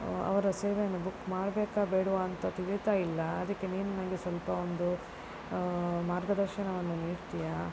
ಅವರ ಸೇವೆಯನ್ನು ಬುಕ್ ಮಾಡಬೇಕಾ ಬೇಡವಾ ಅಂತ ತಿಳಿತಾ ಇಲ್ಲ ಅದಕ್ಕೆ ನೀನು ನನಗೆ ಸ್ವಲ್ಪ ಒಂದು ಮಾರ್ಗದರ್ಶನವನ್ನು ನೀಡ್ತೀಯಾ